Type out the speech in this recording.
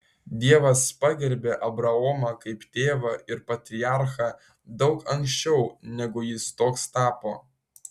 dievas pagerbė abraomą kaip tėvą ir patriarchą daug anksčiau negu jis toks tapo